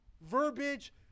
verbiage